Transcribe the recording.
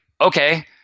okay